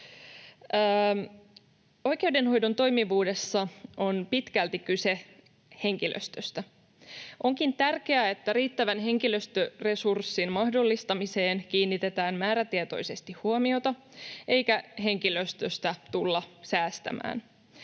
Oikeudenhoidon toimivuudessa on pitkälti kyse henkilöstöstä. Onkin tärkeää, että riittävän henkilöstöresurssin mahdollistamiseen kiinnitetään määrätietoisesti huomiota eikä henkilöstöstä tulla säästämään.